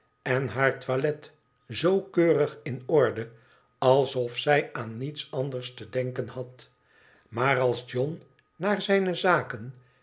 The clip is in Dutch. en haar toilet zoo keurig in orde alsof zij aan niets anders te denken had maar als tohn naar zijne zaken